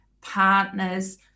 partners